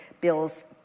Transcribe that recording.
bills